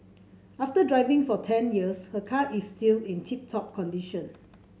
after driving for ten years her car is still in tip top condition